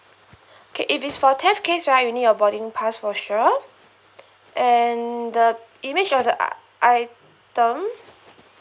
okay if it's for theft case right we need your boarding pass for sure and the image of the item